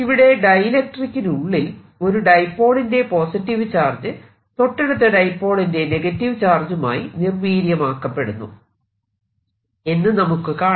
ഇവിടെ ഡൈഇലക്ട്രിക്കലിനുള്ളിൽ ഒരു ഡൈപോളിന്റെ പോസിറ്റീവ് ചാർജ് തൊട്ടടുത്ത ഡൈപോളിന്റെ നെഗറ്റീവ് ചാർജുമായി നിർവീര്യമാക്കപ്പെടുന്നു എന്ന് നമുക്ക് കാണാം